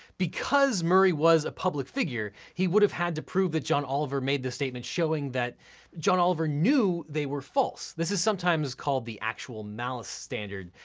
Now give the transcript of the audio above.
because murray was a public figure, he would have had to prove that john oliver made the statement showing that john oliver knew they were false. this is sometimes called the actual malice standard.